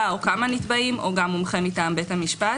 או כמה נתבעים או גם מומחה מטעם בית המשפט.